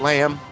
Lamb